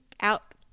out